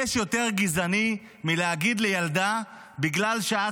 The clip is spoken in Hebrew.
יש יותר גזעני מלהגיד לילדה: בגלל שאת